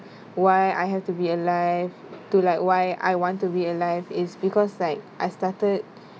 why I have to be alive to like why I want to be alive is because like I started